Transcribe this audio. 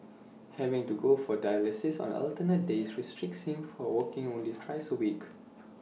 having to go for dialysis on alternate days restricts him for working only thrice A week